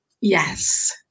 Yes